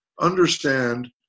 understand